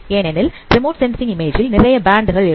ஏனெனில் remote sensing image ல் நிறைய பேண்ட்கள் இருக்கும்